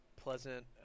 pleasant